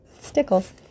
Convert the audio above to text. stickles